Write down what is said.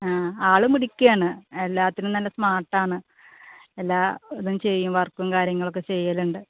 ആ ആൾ മിടുക്കിയാണ് എല്ലാത്തിലും നല്ല സ്മാർട്ട് ആണ് എല്ലാ ഇതും ചെയ്യും വർക്കും കാര്യങ്ങളൊക്കെ ചെയ്യലുണ്ട്